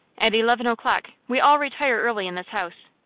at eleven o'clock. we all retire early in this house.